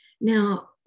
Now